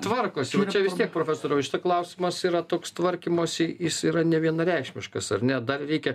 tvarkosi va čia vis tiek profesoriau klausimas yra toks tvarkymosi jis yra nevienareikšmiškas ar ne dar reikia